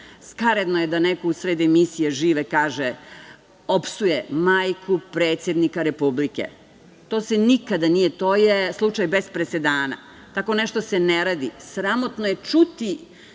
nikome. Skaradno je da neko u sred emisije uživo opsuje majku predsednika Republike. To se nikada nije desilo. To je slučaj bez presedana. Tako nešto se ne radi. Sramotno je čuti,